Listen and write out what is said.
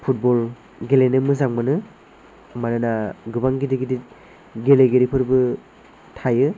football गेलेनो मोजां मोनो मानोना गोबां गिदिर गिदिर गेलेगिरिफोरबो थायो